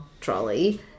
trolley